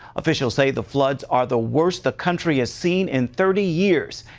officials say the floods are the worst the country has seen in thirty years,